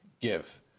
give